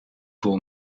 vol